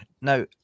now